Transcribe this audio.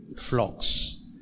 flocks